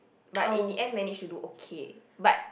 but in the end managed to do okay but